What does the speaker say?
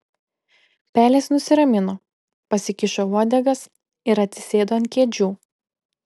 pelės nusiramino pasikišo uodegas ir atsisėdo ant kėdžių